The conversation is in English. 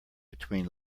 between